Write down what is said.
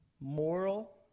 moral